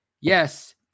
yes